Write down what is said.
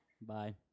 Bye